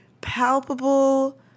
palpable